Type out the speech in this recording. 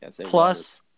Plus